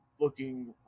looking